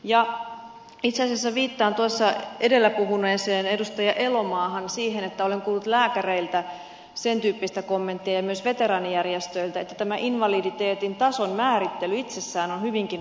itse asiassa viittaan tuossa edellä puhuneeseen edustaja elomaahan siihen että olen kuullut lääkäreiltä ja myös veteraanijärjestöiltä sen tyyppistä kommenttia että invaliditeetin tason määrittely itsessään on hyvinkin vaikeaa